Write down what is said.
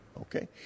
Okay